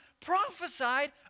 prophesied